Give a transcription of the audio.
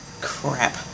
crap